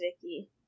Vicky